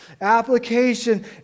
Application